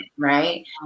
Right